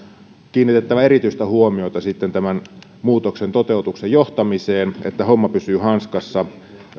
kiinnitettävä erityistä huomiota muutoksen toteutuksen johtamiseen niin että homma pysyy hanskassa